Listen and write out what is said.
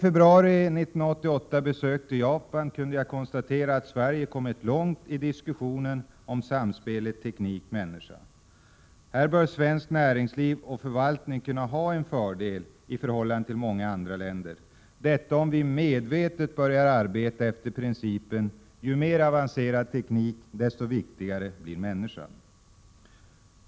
När jag besökte Japan i februari i år kunde jag konstatera att Sverige har kommit långt i diskussionen om samspelet mellan teknik och människa. Svenskt näringsliv och svensk förvaltning borde här kunna ha en fördel i förhållande till många andra länder, om vi medvetet börjar arbeta efter principen: ju mer avancerad teknik, desto viktigare blir människan.